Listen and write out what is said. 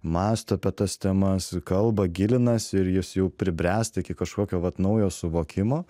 mąsto apie tas temas kalba gilinasi ir jis jau pribręsta iki kažkokio vat naujo suvokimo